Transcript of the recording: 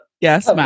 Yes